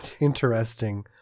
interesting